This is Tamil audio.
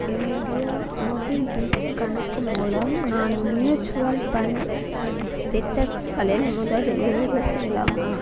என்னுடைய மோபிவிக் கணக்கு மூலம் நான் மியூச்சுவல் பண்ட் திட்டங்களில் முதலீடு செய்யலாமா